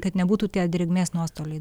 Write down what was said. kad nebūtų tie drėgmės nuostoliai